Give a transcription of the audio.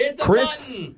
chris